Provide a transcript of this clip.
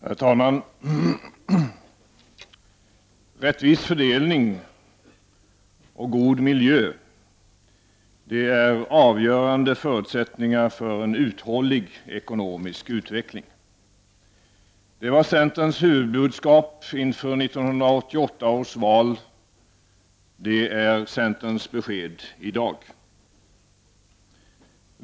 Herr talman! Rättvis fördelning och god miljö är avgörande förutsättningar för en uthållig ekonomisk utveckling. Det var centerns huvudbudskap inför 1988 års val, och det är centerns besked i dag.